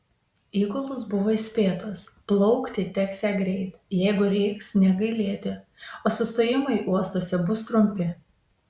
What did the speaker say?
įgulos buvo įspėtos plaukti teksią greit jėgų reiks negailėti o sustojimai uostuose bus trumpi